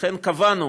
לכן קבענו,